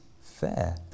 fair